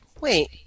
wait